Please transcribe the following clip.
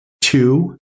two